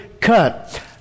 cut